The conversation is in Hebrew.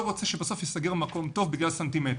רוצה שבסוף ייסגר מקום טוב בגלל סנטימטר.